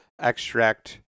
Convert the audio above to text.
extract